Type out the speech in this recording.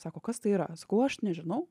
sako kas tai yra sakau aš nežinau